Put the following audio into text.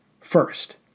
first